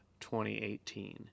2018